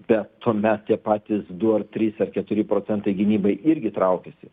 bet tuomet tie patys du ar trys ar keturi procentai gynybai irgi traukiasi